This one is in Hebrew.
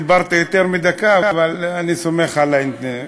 דיברת יותר מדקה, אבל אני סומך על זה.